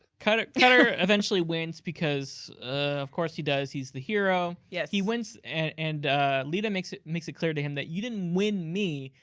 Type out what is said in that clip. cutter cutter eventually wins because of course he does, he's the hero. yeah he wins and leetah makes it makes it clear to him that, you didn't win me.